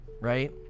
right